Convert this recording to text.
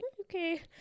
okay